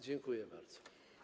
Dziękuję bardzo.